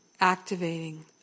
activating